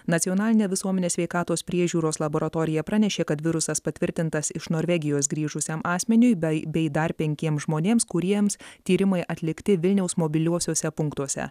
nacionalinė visuomenės sveikatos priežiūros laboratorija pranešė kad virusas patvirtintas iš norvegijos grįžusiam asmeniui bei bei dar penkiems žmonėms kuriems tyrimai atlikti vilniaus mobiliuosiuose punktuose